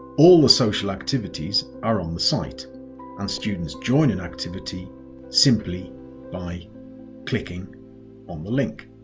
all the social activities are on the site and students join an activity simply by clicking on the link.